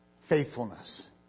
faithfulness